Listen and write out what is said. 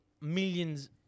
millions